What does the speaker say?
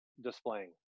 displaying